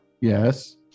Yes